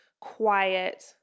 quiet